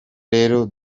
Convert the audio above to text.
rero